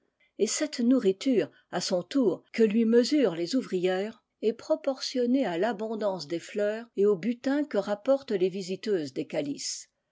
et cette nourriture à son tour que lui mesurent les ouvrières est proportionnée à l'abondance des fleurs et au butin que rapportent les visiteuses des calices